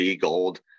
gold